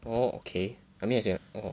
oh okay I mean as in like oh